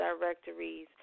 directories